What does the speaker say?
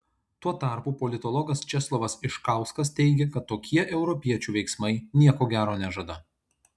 tuo tarpu politologas česlovas iškauskas teigia kad tokie europiečių veiksmai nieko gero nežada